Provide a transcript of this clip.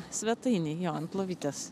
svetainėj jo ant lovytės